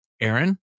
Aaron